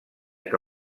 que